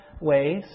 ways